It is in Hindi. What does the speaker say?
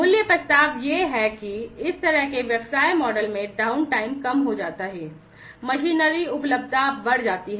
मूल्य प्रस्ताव यह है कि इस तरह के व्यवसाय मॉडल में डाउनटाइम कम हो जाता है मशीनरी उपलब्धता बढ़ जाती है